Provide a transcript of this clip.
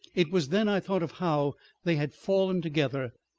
it was then i thought of how they had fallen together,